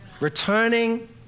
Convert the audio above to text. Returning